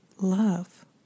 love